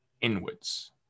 inwards